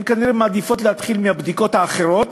הם כנראה מעדיפים להתחיל מהבדיקות האחרות,